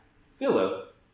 Philip